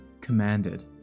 commanded